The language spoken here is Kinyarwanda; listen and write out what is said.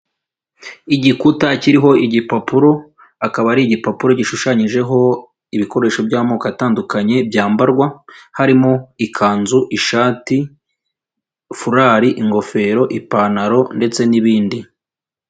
Igikuta kiriho igipapuro, akaba ari igipapuro gishushanyijeho ibikoresho by'amoko atandukanye byambarwa, harimo ikanzu, ishati, furari, ingofero, ipantaro ndetse n'ibindi.